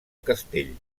castell